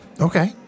Okay